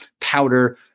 powder